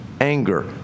anger